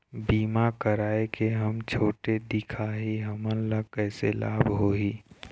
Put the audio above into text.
बीमा कराए के हम छोटे दिखाही हमन ला कैसे लाभ होही?